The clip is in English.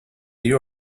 you